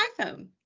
iPhone